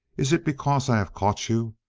is it because i have caught you?